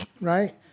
right